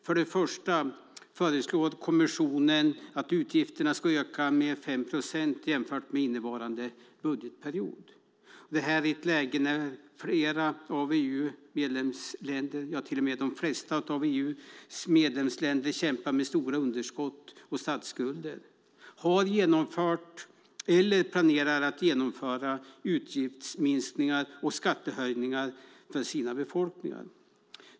För det första föreslår kommissionen att utgifterna ska öka med 5 procent jämfört med innevarande budgetperiod - detta i ett läge när flera av EU:s medlemsländer, ja till och med de flesta, kämpar med stora underskott och statsskulder och har genomfört eller planerar att genomföra utgiftsminskningar och skattehöjningar för sina befolkningar.